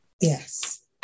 Yes